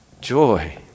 joy